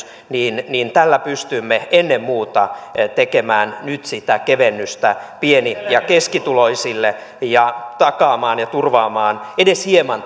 ja perusvähennyksellä pystymme ennen muuta tekemään nyt sitä kevennystä pieni ja keskituloisille ja takaamaan ja turvaamaan edes hieman